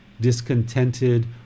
discontented